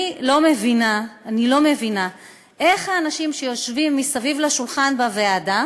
לא מבינה איך האנשים שיושבים מסביב לשולחן בוועדה